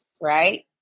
Right